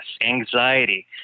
anxiety